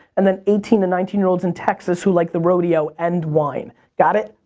and then eighteen to nineteen year olds in texas who like the rodeo and wine. got it?